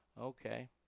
Okay